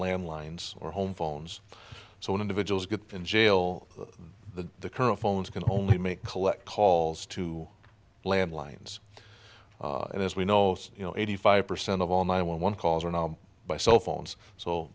landlines or home phones so when individuals get in jail the current phones can only make collect calls to landlines and as we know you know eighty five percent of all my one calls are not by cell phones so